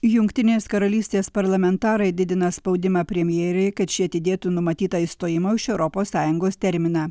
jungtinės karalystės parlamentarai didina spaudimą premjerei kad šie atidėtų numatytą išstojimo iš europos sąjungos terminą